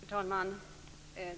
Herr talman!